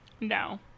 no